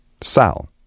sal